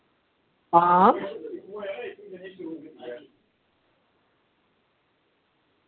आं